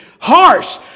Harsh